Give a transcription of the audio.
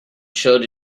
showed